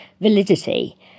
validity